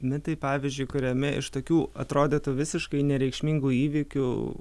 mitai pavyzdžiui kuriami iš tokių atrodytų visiškai nereikšmingų įvykių